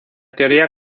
teoría